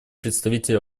представитель